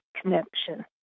connection